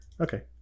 Okay